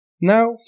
Now